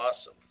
awesome